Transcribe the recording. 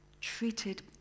treated